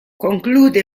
conclude